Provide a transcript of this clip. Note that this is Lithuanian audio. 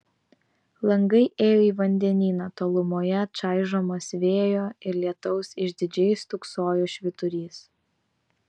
langai ėjo į vandenyną tolumoje čaižomas vėjo ir lietaus išdidžiai stūksojo švyturys